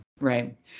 Right